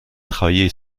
travailler